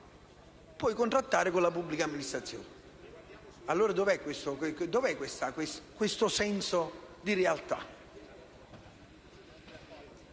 puoi contrattare con la pubblica amministrazione. Allora dove è questo senso di realtà?